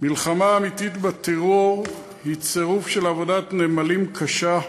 מלחמה אמיתית בטרור היא צירוף של עבודת נמלים קשה,